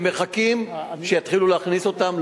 שמחכים שיתחילו להכניס אותם,